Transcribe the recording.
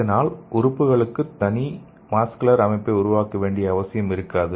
இதனால் உறுப்புகளுக்கு ஒரு தனி வாஸ்குலர் அமைப்பை உருவாக்க வேண்டிய அவசியம் இருக்காது